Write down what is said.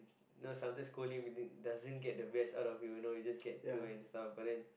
know sometimes scolding doesn't get the best out of you know just get to and stuff